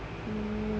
mm